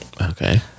Okay